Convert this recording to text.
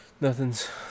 nothing's